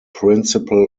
principal